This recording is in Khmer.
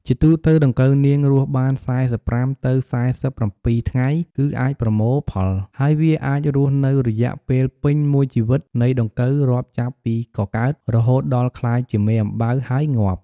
ជាទូទៅដង្កូវនាងរស់បាន៤៥ ទៅ៤៧ថ្ងៃ គឺអាចប្រមូលផល ហើយវាអាចរស់នៅរយៈពេលពេញមួយជីវិតនៃដង្កូវរាប់ចាប់ពីកកើត រហូតដល់ក្លាយជាមេអំបៅ ហើយងាប់។